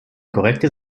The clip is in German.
korrekte